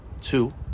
two